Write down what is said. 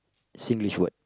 Singlish word